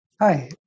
Hi